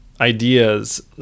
ideas